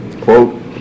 quote